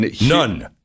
None